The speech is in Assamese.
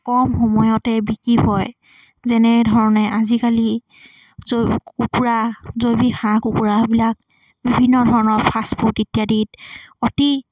কম সময়তে বিক্ৰী হয় যেনেধৰণে আজিকালি জৈ কুকুৰা জৈৱিক হাঁহ কুকুৰাবিলাক বিভিন্ন ধৰণৰ ফাষ্টফুড ইত্যাদিত অতি